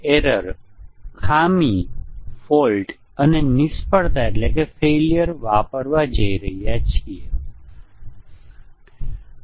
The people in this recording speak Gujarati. જ્યારે આપણે કોઈ ચોક્કસ સ્ટેટમેન્ટ કાઢી નાખીએ છીએ ત્યારે આપણને મ્યુટન્ટ મળે છે